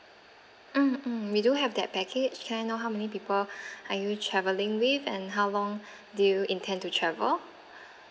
mm mm we do have that package can I know how many people are you traveling with and how long do you intend to travel